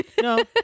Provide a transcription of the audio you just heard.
No